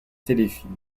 téléfilm